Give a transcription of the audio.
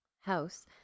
House